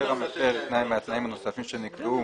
הפר המפר תנאי מהתנאים הנוספים שנקבעו,